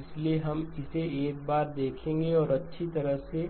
इसलिए हम इसे एक बार देखेंगे और अच्छी तरह से